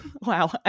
wow